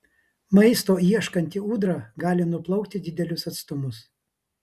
maisto ieškanti ūdra gali nuplaukti didelius atstumus